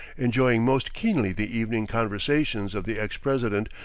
enjoying most keenly the evening conversations of the ex-president,